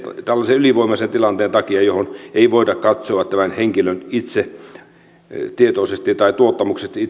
tällaisen ylivoimaisen tilanteen takia jota ei voida katsoa tämän henkilön itse tietoisesti tai tuottamuksellisesti